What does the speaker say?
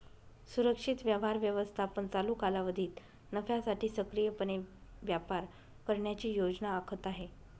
सुरक्षित व्यवहार व्यवस्थापन चालू कालावधीत नफ्यासाठी सक्रियपणे व्यापार करण्याची योजना आखत आहे